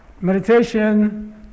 meditation